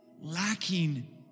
lacking